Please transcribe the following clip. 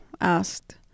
asked